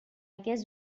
guess